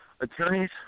attorneys